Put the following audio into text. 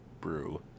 brew